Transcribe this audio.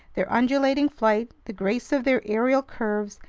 their undulating flight, the grace of their aerial curves,